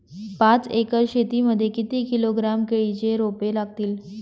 पाच एकर शेती मध्ये किती किलोग्रॅम केळीची रोपे लागतील?